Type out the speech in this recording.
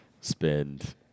spend